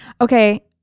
Okay